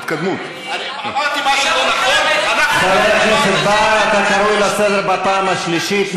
חבר הכנסת חיליק בר, אתה קרוא לסדר בפעם השנייה.